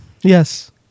Yes